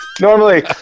normally